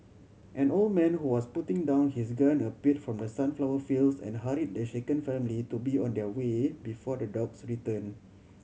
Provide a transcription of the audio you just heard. an old man who was putting down his gun appeared from the sunflower fields and hurried the shaken family to be on their way before the dogs return